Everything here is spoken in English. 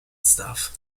stuff